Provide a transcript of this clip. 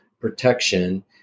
protection